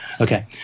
Okay